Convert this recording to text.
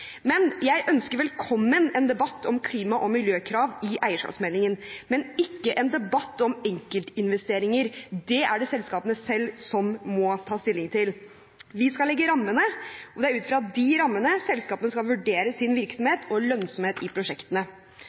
men ikke en debatt om enkeltinvesteringer. Det er det selskapene selv som må ta stilling til. Vi skal legge rammene, og det er ut fra de rammene selskapene skal vurdere sin virksomhet og lønnsomheten i prosjektene.